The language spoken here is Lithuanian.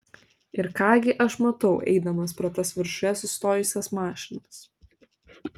ir ką gi aš matau eidamas pro tas viršuje sustojusias mašinas